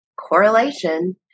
correlation